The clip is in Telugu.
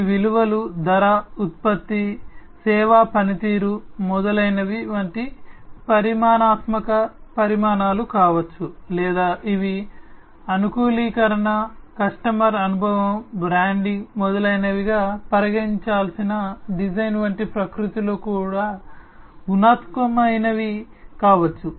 ఈ విలువలు ధర ఉత్పత్తి సేవా పనితీరు మొదలైనవి వంటి పరిమాణాత్మక పరిమాణాలు కావచ్చు లేదా ఇవి అనుకూలీకరణ కస్టమర్ అనుభవం బ్రాండింగ్ మొదలైనవిగా పరిగణించాల్సిన డిజైన్ వంటి ప్రకృతిలో గుణాత్మకమైనవి కావచ్చు